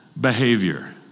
behavior